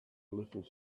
little